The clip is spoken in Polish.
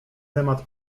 temat